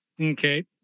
Okay